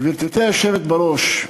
גברתי היושבת-בראש,